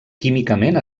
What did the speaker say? químicament